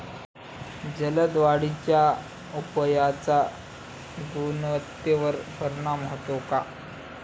जलद वाढीच्या उपायाचा गुणवत्तेवर परिणाम होतो का?